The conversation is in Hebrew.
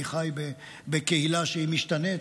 אני חי בקהילה שמשתנה,